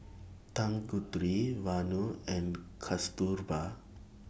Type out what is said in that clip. Tanguturi Vanu and Kasturba